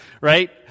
Right